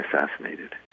assassinated